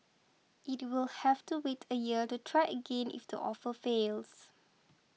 it will have to wait a year to try again if the offer fails